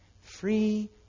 free